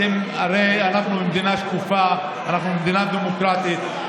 הרי אנחנו מדינה שקופה, אנחנו מדינה דמוקרטית.